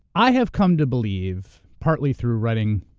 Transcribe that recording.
i have come to believe, partly through writing